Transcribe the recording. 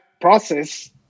process